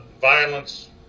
violence